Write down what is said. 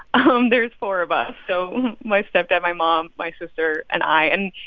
um there's four of us, so my stepdad, my mom, my sister and i. and,